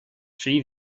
trí